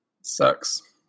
Sucks